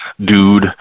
dude